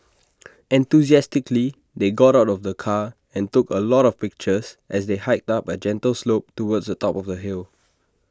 enthusiastically they got out of the car and took A lot of pictures as they hiked up A gentle slope towards the top of the hill